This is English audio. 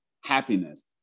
happiness